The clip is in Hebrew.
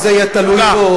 תודה.